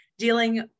dealing